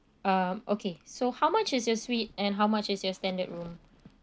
um okay so how much is your suite and how much is your standard room